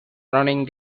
running